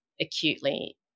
acutely